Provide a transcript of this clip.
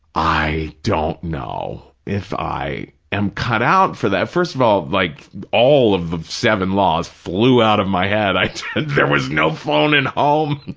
i don't know if i am cut out for that. first of all, like all of the seven laws flew out of my head. there was no phoning home,